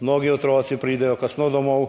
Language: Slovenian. mnogi otroci pridejo kasno domov.